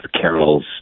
Carol's